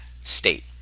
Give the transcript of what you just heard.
state